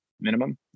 minimum